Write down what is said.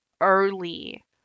early